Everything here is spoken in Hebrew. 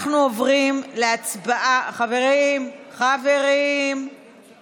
אנחנו עוברים להצבעה בקריאה